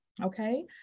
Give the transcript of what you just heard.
okay